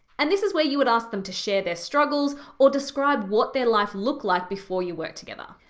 and this is where you would ask them to share their struggles, or describe what their life looked like before you worked together.